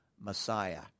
Messiah